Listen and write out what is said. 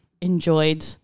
enjoyed